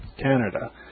Canada